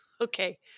Okay